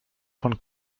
von